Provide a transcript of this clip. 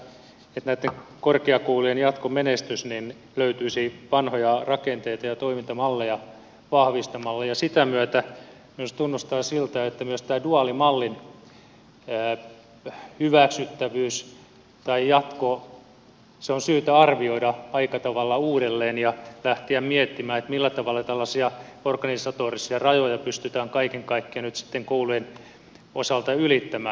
eli minä en usko että näitten korkeakoulujen jatkomenestys löytyisi vanhoja rakenteita ja toimintamalleja vahvistamalla ja sen myötä minusta tuntuu siltä että myös tämä duaalimallin hyväksyttävyys tai jatko on syytä arvioida aika tavalla uudelleen ja lähteä miettimään millä tavalla tällaisia organisatorisia rajoja pystytään kaiken kaikkiaan nyt sitten koulujen osalta ylittämään